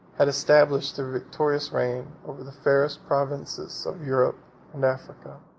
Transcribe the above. had established their victorious reign over the fairest provinces of europe and africa.